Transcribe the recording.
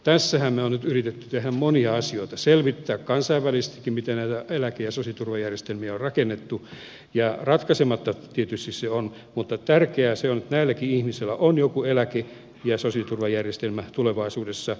tässähän me olemme nyt yrittäneet tehdä monia asioita ja selvittää kansainvälisestikin miten näitä eläke ja sosiaaliturvajärjestelmiä on rakennettu ja ratkaisematta se tietysti on mutta tärkeää on että näilläkin ihmisillä on joku eläke ja sosiaaliturvajärjestelmä tulevaisuudessa